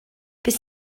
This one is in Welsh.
beth